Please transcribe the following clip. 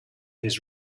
his